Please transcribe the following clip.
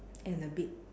and a bit